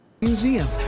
Museum